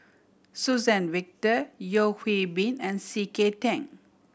Suzann Victor Yeo Hwee Bin and C K Tang